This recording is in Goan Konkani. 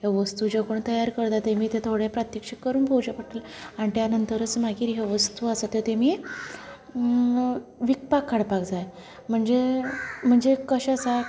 ह्यो वस्तू ज्यो कोण तयार करता तेमी तें थोडे प्रत्यक्षांत करून पोवचे पडटले आनी त्या नंतरच मागीर ह्यो वस्तू आसा त्यो तेमी विकपाक हाडपाक जाय म्हणजे म्हणजे कशें आसा